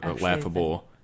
laughable